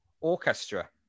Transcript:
orchestra